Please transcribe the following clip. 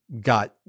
got